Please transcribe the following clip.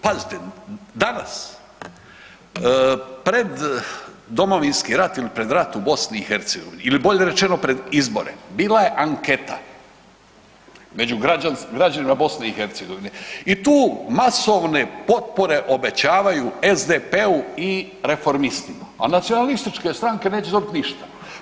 Pazite, danas pred Domovinski rat ili pred rat u BiH ili bolje rečeno pred izbore bila je anketa među građanima BiH i tu masovne potpore obećavaju SDP-u i Reformistima, a nacionalističke stranke neće dobiti ništa.